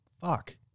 fuck